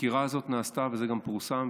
הדקירה הזאת נעשתה, וזה גם פורסם,